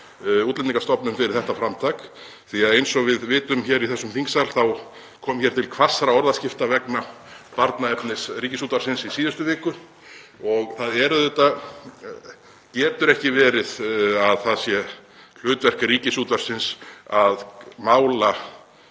Útlendingastofnun fyrir þetta framtak því eins og við vitum í þessum þingsal þá kom til hvassra orðaskipta vegna barnaefnis Ríkisútvarpsins í síðustu viku. Það getur ekki verið að það sé hlutverk Ríkisútvarpsins að mála